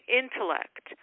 intellect